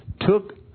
took